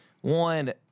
one